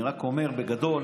אני רק אומר בגדול: